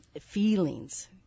feelings